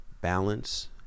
balance